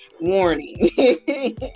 warning